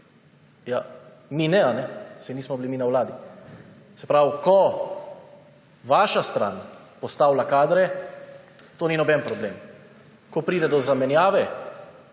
Ja, mi ne. Saj nismo bili mi na vladi. Se pravi, ko vaša stran postavlja kadre, to ni noben problem. Ko pride do zamenjave